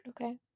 Okay